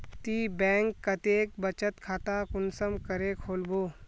ती बैंक कतेक बचत खाता कुंसम करे खोलबो?